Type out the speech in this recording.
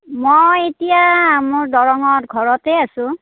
মই এতিয়া মোৰ দৰঙত ঘৰতেই আছোঁ